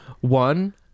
One